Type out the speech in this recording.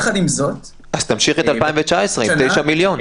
אז תמשיך את 2019 עם 9 מיליון.